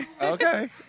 Okay